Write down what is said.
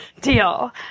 Deal